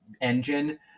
engine